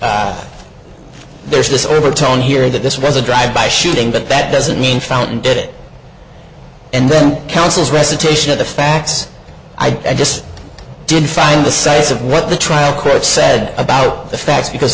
think there's this overtone here that this was a drive by shooting but that doesn't mean fountain did it and then council's recitation of the facts i just didn't find the size of what the trial court said about the facts because